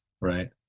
right